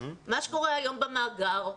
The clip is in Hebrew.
מה שקורה היום במאגר,